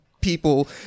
people